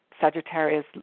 Sagittarius